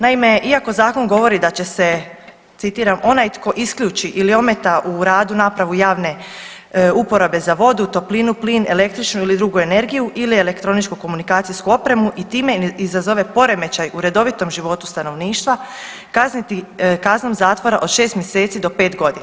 Naime, iako zakon govori da će se citiram: „Onaj tko isključi ili ometa u radu napravu javne uporabe za vodu, toplinu, plin, električnu ili drugu energiju ili elektroničko-komunikacijsku opremu i time izazove poremećaj u redovitom životu stanovništva kazniti kaznom zatvora od 6 mjeseci do 5 godina“